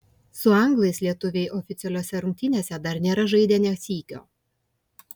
su anglais lietuviai oficialiose rungtynėse dar nėra žaidę nė sykio